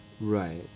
right